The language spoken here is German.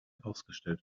ausgestellt